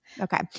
Okay